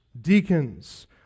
deacons